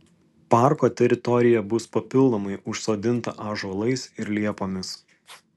parko teritorija bus papildomai užsodinta ąžuolais ir liepomis